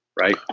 right